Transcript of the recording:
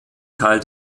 teil